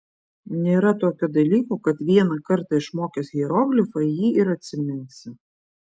nėra tokio dalyko kad vieną kartą išmokęs hieroglifą jį ir atsiminsi